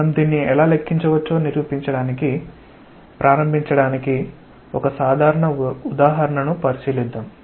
మనం దీన్ని ఎలా లెక్కించవచ్చో నిరూపించడానికి ప్రారంభించడానికి ఒక సాధారణ ఉదాహరణను పరిశీలిద్దాం